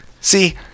See